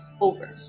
over